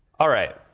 all right,